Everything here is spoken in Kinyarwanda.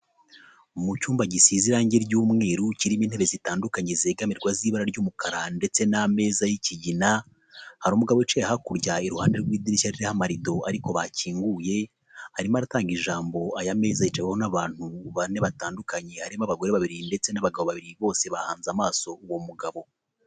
Mu cyumba gisize irangi ry'umweru kirimo intebe zitandukanye zegamirwa z'ira ry'umukara ndetse n'ameza y'ikigina, hari umugabo wicaye hakurya iruhande rw'idirishya ririho amarido ariko bakinguye arimo aratanga ijambo, aya meza ateho n'abantu bane batandukanye, harimo abagore babiri ndetse n'abagabo babiri bose bahanze amaso uwo mugabo.